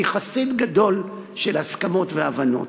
אני חסיד גדול של הסכמות והבנות.